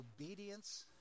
obedience